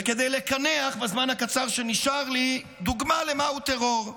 וכדי לקנח, בזמן הקצר שנשאר לי, דוגמה מהו טרור,